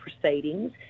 proceedings